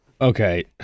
Okay